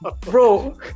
bro